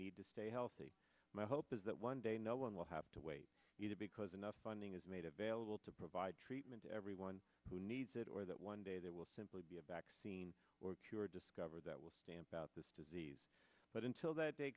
need to stay healthy my hope is that one day no one will have to wait either because enough funding is made available to provide treatment to everyone who needs it or that one day they will simply be a vaccine or cure discovered that will stand about this disease but until that day